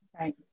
right